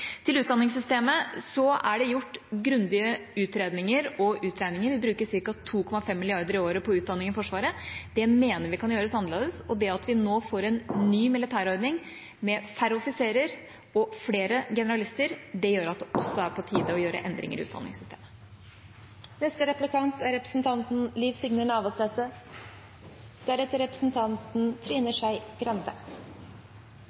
Til utdanningssystemet: Det er gjort grundige utredninger og utregninger – vi bruker ca. 2,5 mrd. kr i året på utdanningen i Forsvaret. Det mener vi kan gjøres annerledes, og det at vi nå får en ny militærordning, med færre offiserer og flere generalister, gjør at det også er på tide å gjøre endringer i utdanningssystemet.